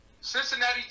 Cincinnati